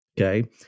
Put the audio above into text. Okay